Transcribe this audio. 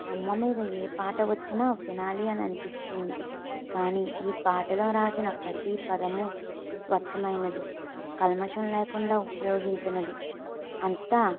అమ్మ మీద ఏ పాట వచ్చిన వినాలి అని అనిపిస్తుంది కానీ ఈ పాటలో రాసిన ప్రతి పదము స్వచ్ఛమైనది కల్మషం లేకుండా ఉపయోగించినది అంతా